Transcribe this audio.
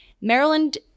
Maryland